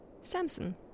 Samson